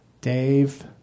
Dave